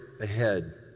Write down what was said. ahead